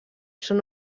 són